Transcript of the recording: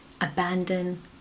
abandon